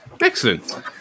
Excellent